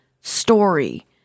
story